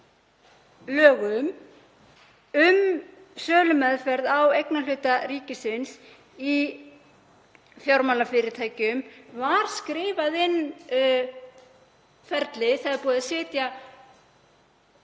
lögum um sölumeðferð á eignarhluta ríkisins í fjármálafyrirtækjum var skrifað inn ferli og gætt hefur